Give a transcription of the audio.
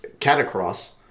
Catacross